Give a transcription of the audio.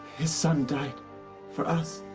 his son died for us.